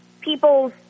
people's